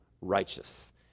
righteous